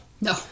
No